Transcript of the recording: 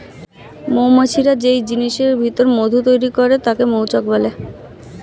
মৌমাছিরা যেই জিনিসের ভিতর মধু তৈরি করে তাকে মৌচাক বলে